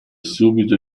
subito